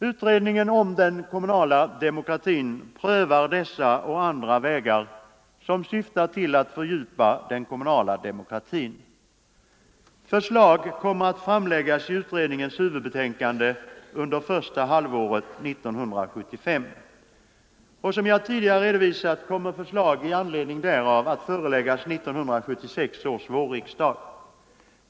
Utredningen om den kommunala demokratin prövar dessa och andra vägar som syftar till att fördjupa den kommunala demokratin. Förslag kommer att framläggas i utredningens huvudbetänkande under första halvåret 1975. Och som jag tidigare redovisat kommer förslag i anledning därav att föreläggas 1976 års vårriksdag.